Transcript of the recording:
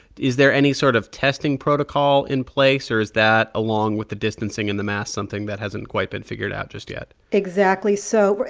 is there any sort of testing protocol in place, or is that, along with the distancing and the masks, something that hasn't quite been figured out just yet? exactly. so,